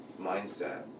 mindset